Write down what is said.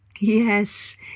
Yes